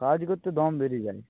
কাজ করতে দম বেরিয়ে যায়